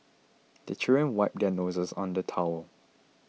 the children wipe their noses on the towel